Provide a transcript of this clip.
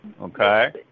Okay